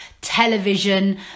television